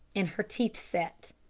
and her teeth set.